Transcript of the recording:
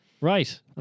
Right